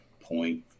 point